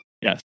Yes